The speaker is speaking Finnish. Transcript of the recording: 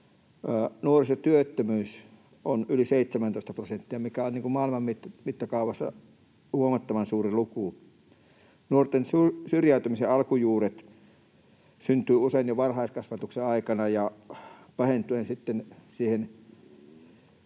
Nuorisotyöttömyys on yli 17 prosenttia, mikä on maailman mittakaavassa huomattavan suuri luku. Nuorten syrjäytymisen alkujuuret syntyvät usein jo varhaiskasvatuksen aikana pahentuen sitten